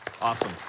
awesome